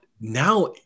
now